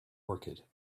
orchid